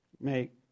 make